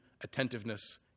attentiveness